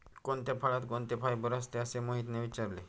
कोणत्या फळात कोणते फायबर असते? असे मोहितने विचारले